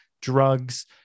drugs